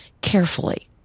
carefully